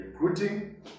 recruiting